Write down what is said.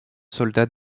soldat